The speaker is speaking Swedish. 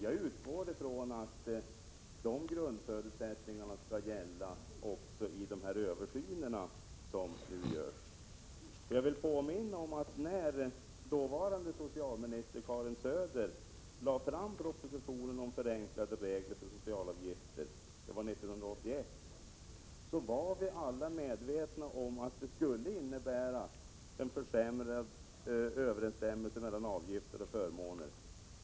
Jag utgår ifrån att de grundförutsättningarna skall gälla också för den översyn som nu görs. Jag vill påminna om att när dåvarande socialminister Karin Söder lade fram propositionen om förenklade regler för socialförsäkringsavgifter år 1981, var vi alla medvetna om att det skulle innebära en försämrad överensstämmelse mellan avgifter och förmåner.